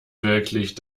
wirklich